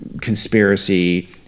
conspiracy